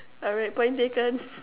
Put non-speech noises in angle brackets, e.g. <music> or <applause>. alright point taken <laughs>